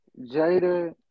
Jada